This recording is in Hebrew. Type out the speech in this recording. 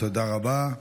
תודה רבה.